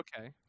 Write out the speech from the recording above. Okay